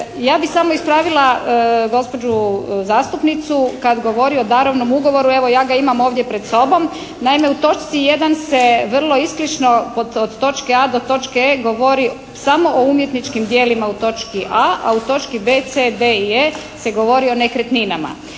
Ja bi samo ispravila gospođu zastupnicu kad govori o darovnom ugovoru. Evo, ja ga imam ovdje pred sobom. Naime, u točci 1. se vrlo isklično od točke A do točke E, govori samo o umjetničkim djelima u točki A. A u točki B, C, D i E, se govori o nekretninama.